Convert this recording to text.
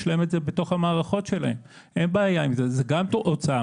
זו גם הוצאה.